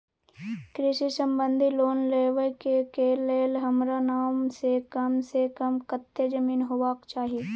कृषि संबंधी लोन लेबै के के लेल हमरा नाम से कम से कम कत्ते जमीन होबाक चाही?